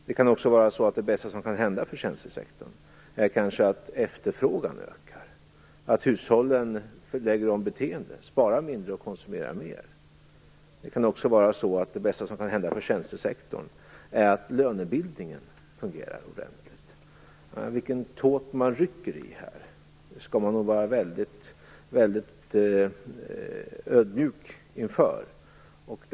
Det kan också vara så att det bästa som kan hända för tjänstesektorn kanske är att efterfrågan ökar, att hushållen lägger om beteende och sparar mindre och konsumerar mer. Det bästa som kan hända för tjänstesektorn är kanske att lönebildningen fungerar ordentligt. Man skall nog vara ödmjuk inför vilken tåt man skall rycka i.